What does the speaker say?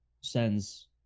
Sends